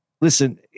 Listen